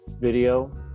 video